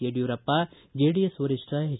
Yediyurappa JDS ವರಿಷ್ಠ H